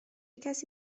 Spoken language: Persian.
کسی